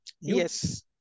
Yes